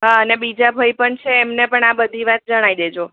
હા અને બીજા ભઈ પણ છે એમને પણ આ બધી વાત જણાવી દેજો